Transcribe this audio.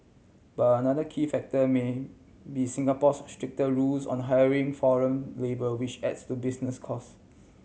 but another key factor may be Singapore's stricter rules on the hiring foreign labour which adds to business cost